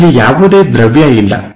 ಅಲ್ಲಿ ಯಾವುದೇ ದ್ರವ್ಯ ಇಲ್ಲ